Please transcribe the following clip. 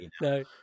No